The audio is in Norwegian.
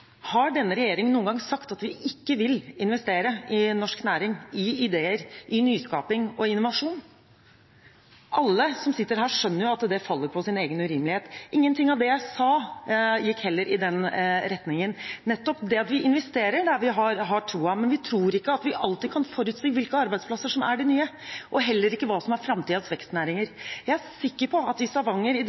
Har denne regjeringen noen gang sagt at vi ikke vil investere i norsk næring, i ideer, i nyskaping og innovasjon? Alle som sitter her, skjønner at det faller på sin egen urimelighet. Ingenting av det jeg sa, gikk heller i den retningen. Vi investerer der vi har troen, men vi tror ikke at vi alltid kan forutsi hvilke arbeidsplasser som er de nye, og heller ikke hva som er framtidens vekstnæringer. Jeg er sikker på at i Stavanger i